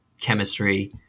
chemistry